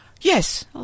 Yes